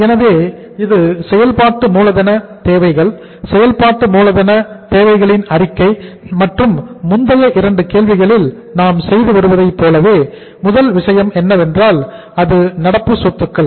எனவே இது செயல்பாட்டு மூலதனம் தேவைகள் செயல்பாட்டு மூலதனம் தேவைகளின் அறிக்கை மற்றும் முந்தைய 2 கேள்விகளில் நாம் செய்து வருவதைப் போலவே முதல் விஷயம் என்னவென்றால் அது நடப்பு சொத்துக்கள்